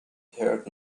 heard